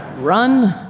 run?